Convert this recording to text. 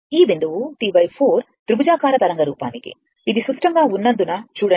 ఈ బిందువు T 4 త్రిభుజాకార తరంగ రూపానికి ఇది సుష్టంగా ఉన్నందునచూడండి